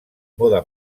moda